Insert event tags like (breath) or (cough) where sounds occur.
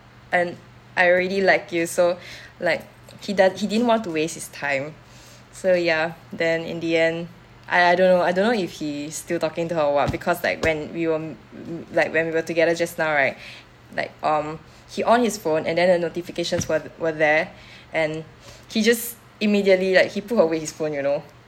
and I already like you so (breath) like he does~ he didn't want to waste his time so ya then in the end I I don't know I don't know if he still talking to her or what because like when we were mm like when we were together just now right like um he on his phone and then the notifications were were there and he just immediately like he put away his phone you know